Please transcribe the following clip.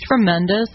tremendous